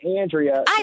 Andrea—